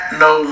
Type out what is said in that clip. no